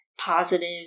positive